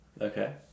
okay